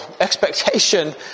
expectation